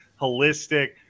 holistic